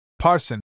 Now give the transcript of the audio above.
Parson